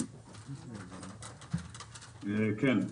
כן.